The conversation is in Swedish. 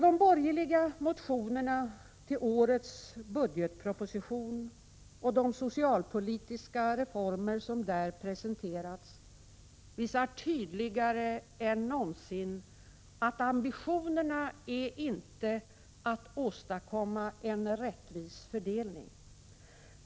De borgerliga motionerna med anledning av årets budgetproposition och de socialpolitiska reformer som är presenterade i denna, visar tydligare än någonsin att ambitionerna inte är att åstadkomma en rättvis fördelning.